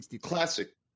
classic